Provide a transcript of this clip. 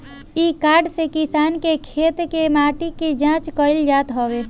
इ कार्ड से किसान के खेत के माटी के जाँच कईल जात हवे